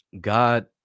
God